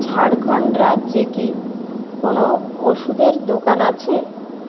ঝাড়খণ্ড রাজ্যে কি কোনও ওষুধের দোকান আছে